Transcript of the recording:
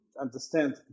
understand